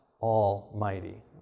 Almighty